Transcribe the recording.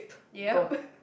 yup